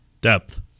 Depth